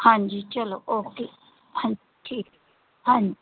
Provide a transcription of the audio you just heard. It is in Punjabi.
ਹਾਂਜੀ ਚਲੋ ਓਕੇ ਹਾਂਜੀ ਠੀਕ ਹਾਂਜੀ